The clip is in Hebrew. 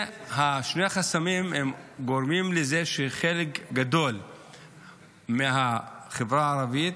שני החסמים גורמים לזה שחלק גדול מהחברה הערבית